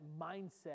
mindset